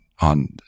on